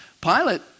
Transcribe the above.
Pilate